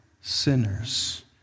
sinners